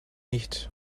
nicht